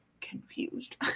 confused